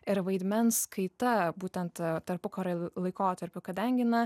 ir vaidmens kaita būtent tarpukary laikotarpiu kadangi na